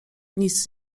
nic